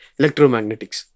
electromagnetics